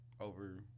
over